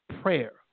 prayer